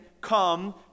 come